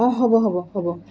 অঁ হ'ব হ'ব হ'ব